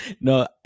No